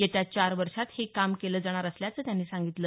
येत्या चार वषार्षात हे काम केलं जाणार असल्याचं त्यांनी सांगितलं